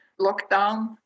lockdown